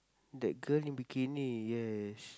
that girl in bikini yes